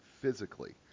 physically